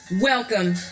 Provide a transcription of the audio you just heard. Welcome